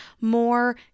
more